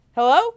Hello